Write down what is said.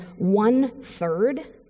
one-third